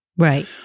Right